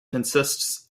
consists